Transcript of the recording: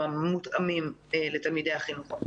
אני מתכבדת לפתוח את ישיבת ועדת החינוך,